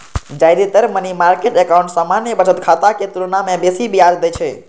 जादेतर money market account सामान्य बचत खाता के तुलना मे बेसी ब्याज दै छै